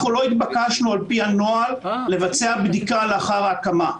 אנחנו לא נתבקשנו על-פי הנוהל לבצע בדיקה לאחר ההקמה.